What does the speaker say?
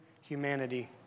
Humanity